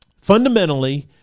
Fundamentally